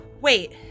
wait